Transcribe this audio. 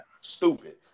stupid